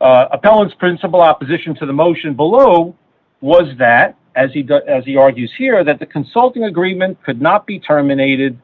appellants principle opposition to the motion below was that as he does as he argues here that the consulting agreement could not be terminated